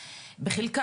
סיניים,